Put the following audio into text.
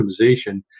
optimization